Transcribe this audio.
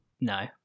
No